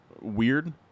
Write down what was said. weird